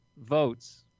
votes